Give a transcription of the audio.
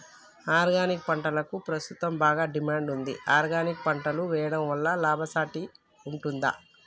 Organic పంటలకు ప్రస్తుతం బాగా డిమాండ్ ఉంది ఆర్గానిక్ పంటలు వేయడం వల్ల లాభసాటి ఉంటుందా?